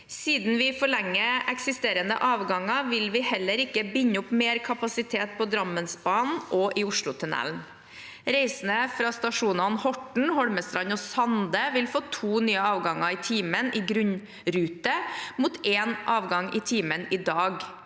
Siden vi forlenger eksisterende avganger, vil vi heller ikke binde opp mer kapasitet på Drammensbanen og i Oslotunnelen. Reisende fra stasjonene Horten, Holmestrand og Sande vil få to nye avganger i timen i grunnrute mot én avgang i timen i dag.